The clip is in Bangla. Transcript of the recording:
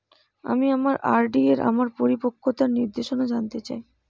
আমি আমার আর.ডি এর আমার পরিপক্কতার নির্দেশনা জানতে চাই